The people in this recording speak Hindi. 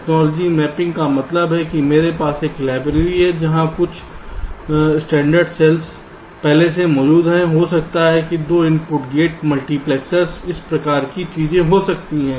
टेक्नोलॉजी मैपिंग का मतलब है कि मेरे पास एक लाइब्रेरी है जहां कुछ स्टैंडर्ड सेल्स पहले से मौजूद हैं हो सकता है कि दो इनपुट गेट मल्टीप्लेक्सर्स इस प्रकार की चीजें हो सकती हैं